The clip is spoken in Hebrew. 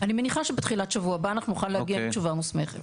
אני מניחה שבתחילת שבוע הבא אנחנו נוכל להגיע עם תשובה מוסמכת.